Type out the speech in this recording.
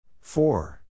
four